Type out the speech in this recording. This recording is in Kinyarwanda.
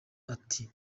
ati